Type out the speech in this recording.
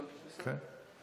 אבל בסדר.